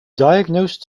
diagnosed